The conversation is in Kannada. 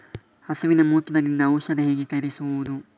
ಹಸುವಿನ ಮೂತ್ರದಿಂದ ಔಷಧ ಹೇಗೆ ತಯಾರಿಸುವುದು?